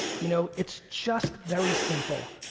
you know it's just very simple.